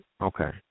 Okay